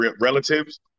relatives